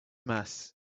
mess